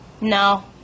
No